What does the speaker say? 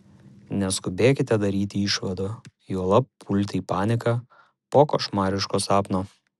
neskubėkite daryti išvadų juolab pulti į paniką po košmariško sapno